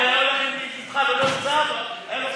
אם הוא היה הולך איתך ולא עם זהבה, היה לו